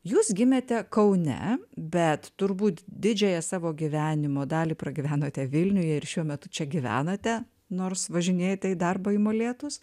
jūs gimėte kaune bet turbūt didžiąją savo gyvenimo dalį pragyvenote vilniuje ir šiuo metu čia gyvenate nors važinėjate į darbą į molėtus